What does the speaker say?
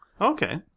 Okay